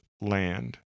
Land